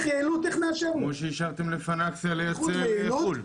כמו שאישרתם לפינציה לאשר לחו"ל.